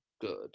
good